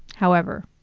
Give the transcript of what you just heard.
however,